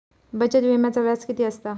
बचत विम्याचा व्याज किती असता?